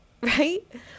right